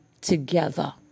together